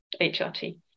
HRT